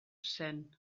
zen